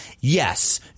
yes